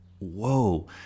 whoa